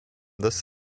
this